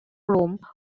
rome